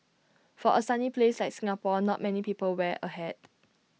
for A sunny place like Singapore not many people wear A hat